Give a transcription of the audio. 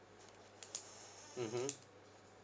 mmhmm